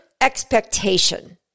expectation